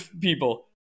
people